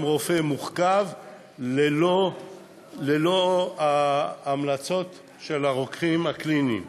רופא מורכב ללא ההמלצות של הרוקחים הקליניים.